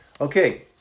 Okay